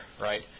right